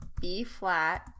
B-flat